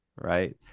right